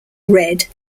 red